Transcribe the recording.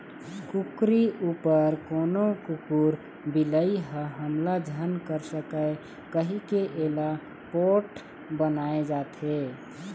कुकरी उपर कोनो कुकुर, बिलई ह हमला झन कर सकय कहिके एला पोठ बनाए जाथे